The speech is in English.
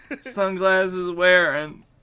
sunglasses-wearing